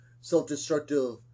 self-destructive